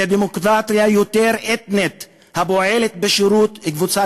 לדמוקרטיה יותר אתנית הפועלת בשירות קבוצה